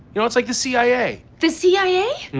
you know, it's like the cia the cia?